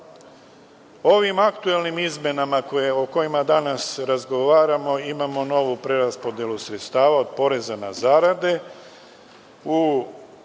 Ovim aktuelnim izmenama o kojima danas razgovaramo imamo novu preraspodelu sredstava od poreza na zarade.